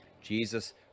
Jesus